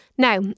Now